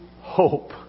hope